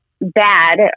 bad